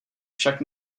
však